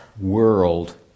world